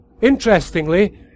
Interestingly